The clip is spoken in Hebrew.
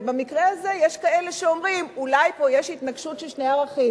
ובמקרה הזה יש כאלה שאומרים שאולי יש פה התנגשות של ערכים,